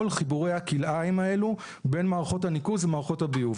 חיבורי הכלאיים האלו בין מערכות הניקוז למערכות הביוב.